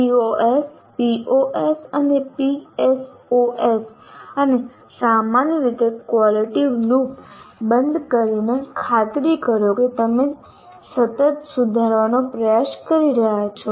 COs POs અને PSOs અને સામાન્ય રીતે ક્વોલિટી લૂપ બંધ કરીને ખાતરી કરો કે તમે સતત સુધારવાનો પ્રયાસ કરી રહ્યા છો